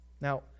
Now